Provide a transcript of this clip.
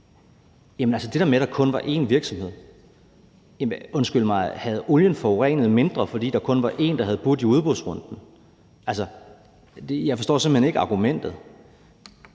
Jamen altså, til det der med, at der kun var én virksomhed, vil jeg sige: Undskyld mig, havde olien forurenet mindre, fordi der kun var én, der havde budt i udbudsrunden? Jeg forstår simpelt hen ikke argumentet.